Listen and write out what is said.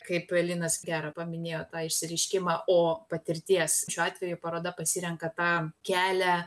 kaip linas gerą paminėjo tą išsireiškimą o patirties šiuo atveju paroda pasirenka tą kelią